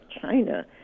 China